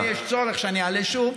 במידה שיש צורך שאני אעלה שוב,